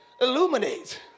illuminate